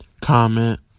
comment